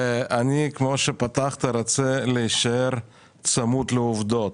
אני רוצה להישאר צמוד לעובדות